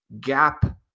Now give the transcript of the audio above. gap